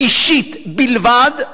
אישית בלבד,